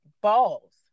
balls